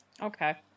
okay